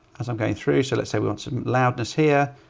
as i'm going through. so let's say we want some loudness here,